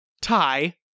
tie